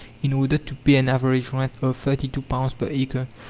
in order to pay an average rent of thirty two pounds per acre.